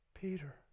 Peter